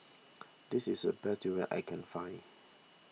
this is a best Durian I can find